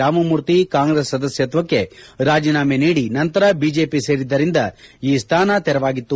ರಾಮಮೂರ್ತಿ ಕಾಂಗ್ರೆಸ್ ಸದಸ್ಯತ್ತಕ್ಕೆ ರಾಜಿನಾಮೆ ನೀಡಿ ನಂತರ ಬಿಜೆಪಿ ಸೇರಿದ್ದರಿಂದ ಈ ಸ್ಥಾನ ತೆರವಾಗಿತ್ತು